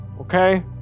okay